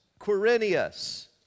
Quirinius